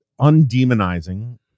undemonizing